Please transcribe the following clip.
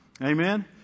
Amen